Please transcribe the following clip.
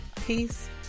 peace